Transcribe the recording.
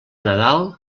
nadal